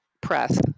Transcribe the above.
press